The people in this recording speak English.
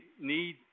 need